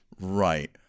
right